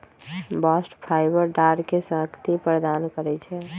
bast fibre डांरके शक्ति प्रदान करइ छै